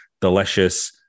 delicious